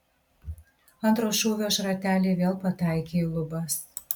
antro šūvio šrateliai vėl pataikė į lubas